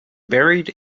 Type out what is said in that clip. buried